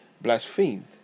blasphemed